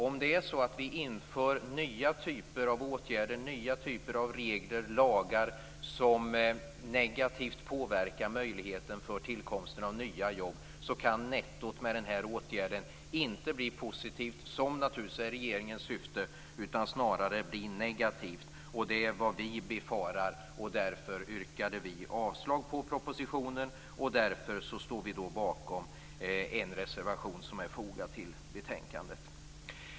Om vi inför nya typer av åtgärder och nya typer av regler och lagar som negativt påverkar möjligheten för tillkomsten av nya jobb kan nettot med denna åtgärd inte bli positivt, vilket naturligtvis är regeringens syfte, utan snarare negativt, vilket är vad vi befarar. Därför yrkade vi avslag på propositionen, och därför har vi i en reservation yrkat avslag på propositionen.